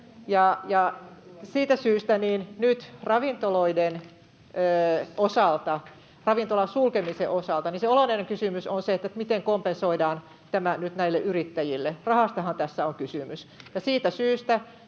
siitä syystä nyt ravintoloiden osalta, ravintolan sulkemisen osalta, se olennainen kysymys on se, miten kompensoidaan tämä nyt näille yrittäjille. Rahastahan tässä on kysymys. Ja siitä syystä